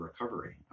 recovery